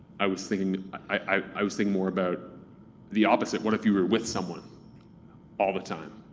i was thinking. i was thinking more about the opposite, what if you were with someone all the time?